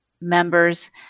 members